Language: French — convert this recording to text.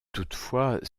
toutefois